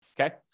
Okay